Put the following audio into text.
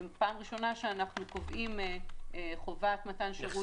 זו פעם ראשונה שאנחנו קובעים חובת מתן שירות.